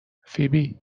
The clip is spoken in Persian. فیبی